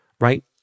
right